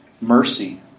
mercy